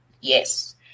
Yes